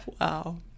Wow